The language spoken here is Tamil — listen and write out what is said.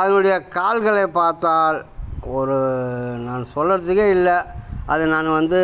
அதனுடைய கால்களை பார்த்தால் ஒரு நான் சொல்லறதுக்கே இல்லை அது நான் வந்து